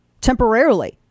temporarily